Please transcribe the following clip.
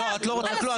הוא